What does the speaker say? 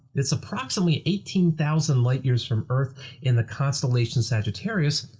it's approximately eighteen thousand light-years from earth in the constellation sagittarius,